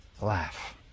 laugh